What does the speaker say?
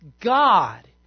God